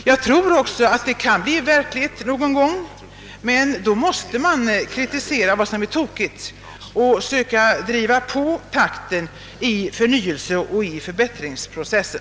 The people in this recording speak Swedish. Jag tror också att det kan bli verklighet någon gång, men då måste man kritisera vad som är tokigt och söka driva upp takten i förnyelseoch förbättringsprocessen.